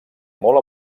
molt